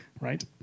right